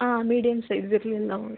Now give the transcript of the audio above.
ಹಾಂ medium size ಇರಲಿ ಎಲ್ಲವು